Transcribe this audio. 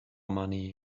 money